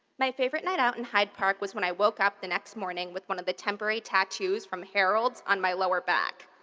my favorite night out in hyde park was when i woke up the next morning with one of the temporary tattoos from harold's on my lower back.